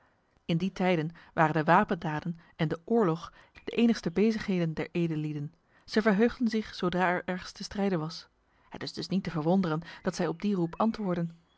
in die tijden waren de wapendaden en de oorlog de enigste bezigheden der edellieden zij verheugden zich zodra er ergens te strijden was het is dus niet te verwonderen dat zij op die roep antwoordden